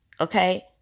okay